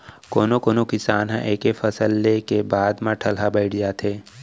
कोनो कोनो किसान ह एके फसल ले के बाद म ठलहा बइठ जाथे